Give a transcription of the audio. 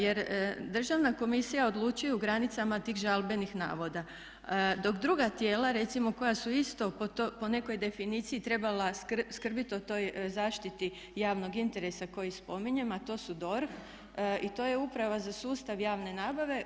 Jer Državna komisija odlučuje u granicama tih žalbenih navoda dok druga tijela recimo koja su isto po nekoj definiciji trebala skrbiti o toj zaštiti javnog interesa koji spominjem, a to su DORH i to je Uprava za sustav javne nabave.